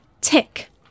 Tick